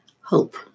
hope